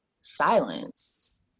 silenced